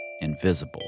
invisible